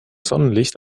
sonnenlicht